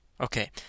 Okay